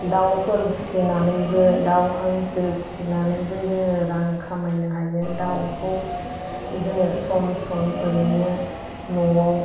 दाउफोर फिसिनानैबो दाउ हांसो फिसिनानैबो जोङो रां खामायनो हायो दाउखौ जोङो सम सम ओरैनो न'आव